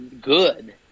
good